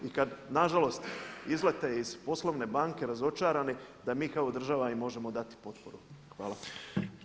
I kada nažalost izlete iz poslovne banke razočarani da mi kao država im možemo dati potporu.